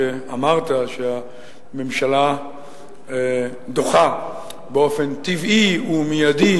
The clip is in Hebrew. כשאמרת שהממשלה דוחה באופן טבעי ומיידי